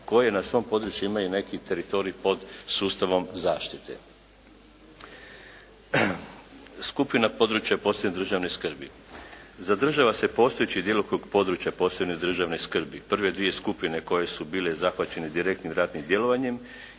koji na svom području imaju neki teritorij pod sustavom zaštite. Skupina područja od posebne državne skrbi. Zadržava se postojeći djelokrug područja od posebne državne skrbi, prve dvije skupine koje su bile zahvaćene direktnim ratnim djelovanjem